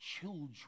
children